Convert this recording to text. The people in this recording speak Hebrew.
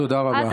תודה רבה.